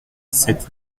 sept